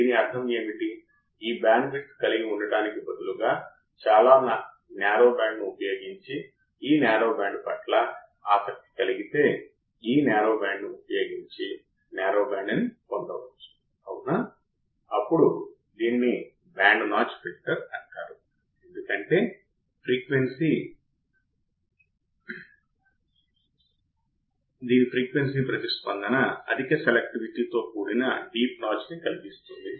ఎందుకంటే operation amplifier యొక్క మొదటి దశలో మనం అవకలన యాంప్లిఫైయర్ ఉపయోగిస్తున్నాము అయితే అవకలన యాంప్లిఫైయర్ అంటే మీరు రెండు ట్రాన్సిస్టర్లను ఉపయోగిస్తున్నారు అప్పుడు ఈరెండు ట్రాన్సిస్టర్లను సరిగ్గా బయాస్ చేయాలి కానీ ఆచరణాత్మకంగా ఇది పూర్తిగా సమగ్ర మైన బయాస్ చేయడం సాధ్యం కాదు ఈ కారణంగా ఈ ట్రాన్సిస్టర్ యొక్క బేస్ చిన్న DC కరెంట్ ను అనుమతిస్తుంది లేదా నిర్వహిస్తుంది